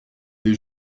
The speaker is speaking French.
des